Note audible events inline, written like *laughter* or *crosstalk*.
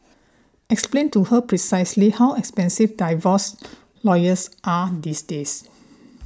explain to her precisely how expensive divorce lawyers are these days *noise*